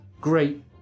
great